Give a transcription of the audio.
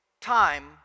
Time